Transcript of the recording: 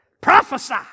Prophesy